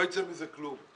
לא יצא מזה כלום.